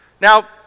Now